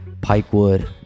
Pikewood